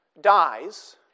dies